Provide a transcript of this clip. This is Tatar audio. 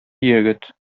егет